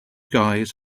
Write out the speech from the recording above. guys